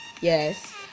yes